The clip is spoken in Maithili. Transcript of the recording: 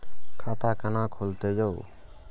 खाता केना खुलतै यो